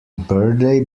birthday